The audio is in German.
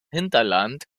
hinterland